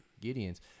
Gideon's